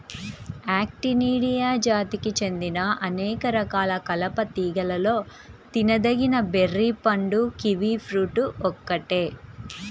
Actinidia జాతికి చెందిన అనేక రకాల కలప తీగలలో తినదగిన బెర్రీ పండు కివి ఫ్రూట్ ఒక్కటే